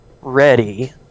...ready